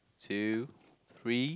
two three